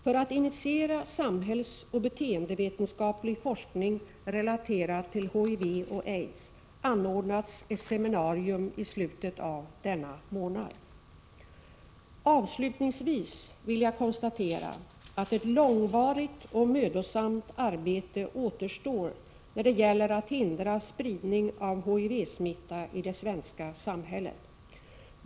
För att initiera samhällsoch beteendevetenskaplig forskning, relaterad till HIV och aids, anordnas ett seminarium i slutet av denna månad. Avslutningsvis vill jag konstatera att ett långvarigt och mödosamt arbete återstår när det gäller att hindra spridning av HIV-smitta i det svenska samhället.